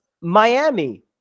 Miami